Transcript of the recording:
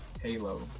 Halo